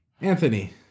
Anthony